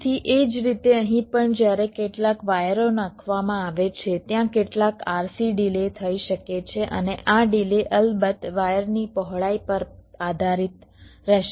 તેથી એ જ રીતે અહીં પણ જ્યારે કેટલાક વાયરો નાખવામાં આવે છે ત્યાં કેટલાક RC ડિલે થઈ શકે છે અને આ ડિલે અલબત્ત વાયરની પહોળાઈ પર આધારિત રહેશે